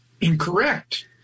incorrect